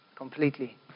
completely